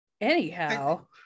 anyhow